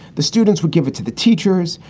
the students would give it to the teachers,